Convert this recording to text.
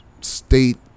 state